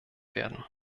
werden